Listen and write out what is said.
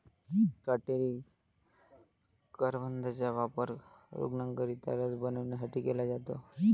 काटेरी करवंदाचा वापर रूग्णांकरिता रस बनवण्यासाठी केला जातो